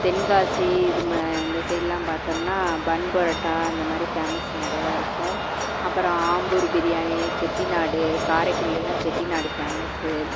தென்காசி இது மே இந்த சைட்லாம் பார்த்தோம்னா பன் பரோட்டா இந்த மாதிரி ஃபேமஸ் நிறையா இருக்கும் அப்புறம் ஆம்பூரு பிரியாணி செட்டிநாடு காரைக்குடிலெல்லாம் செட்டிநாடு ஃபேமஸ்ஸு